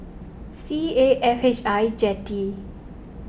C A F H I Jetty